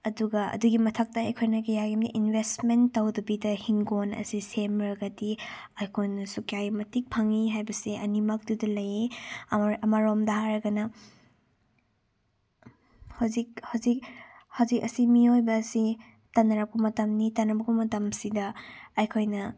ꯑꯗꯨꯒ ꯑꯗꯨꯒꯤ ꯃꯊꯛꯇ ꯑꯩꯈꯣꯏꯅ ꯀꯌꯥꯒꯤ ꯃꯇꯤꯛ ꯏꯟꯚꯦꯁꯃꯦꯟ ꯇꯧꯗꯕꯤꯗ ꯍꯤꯡꯒꯣꯟ ꯑꯁꯤ ꯁꯦꯝꯂꯒꯗꯤ ꯑꯩꯈꯣꯏꯅꯁꯨ ꯀꯌꯥꯒꯤ ꯃꯇꯤꯛ ꯐꯪꯉꯤ ꯍꯥꯏꯕꯁꯤ ꯑꯅꯤꯃꯛꯇꯨꯗ ꯂꯩꯌꯦ ꯑꯃꯔꯣꯝꯗ ꯍꯥꯏꯔꯒꯅ ꯍꯧꯖꯤꯛ ꯍꯧꯖꯤꯛ ꯍꯧꯖꯤꯛ ꯑꯁꯤ ꯃꯤꯑꯣꯏꯕ ꯑꯁꯤ ꯇꯟꯅꯔꯛꯄ ꯃꯇꯝꯅꯤ ꯇꯟꯅꯔꯛꯄ ꯃꯇꯝꯁꯤꯗ ꯑꯩꯈꯣꯏꯅ